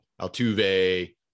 Altuve